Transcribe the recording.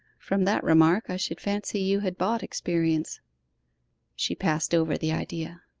from that remark i should fancy you had bought experience she passed over the idea.